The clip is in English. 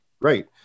Great